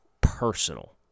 personal